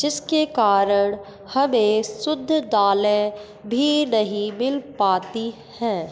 जिसके कारण हमें शुद्ध दालें भी नहीं मिल पाती हैं